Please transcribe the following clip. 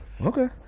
Okay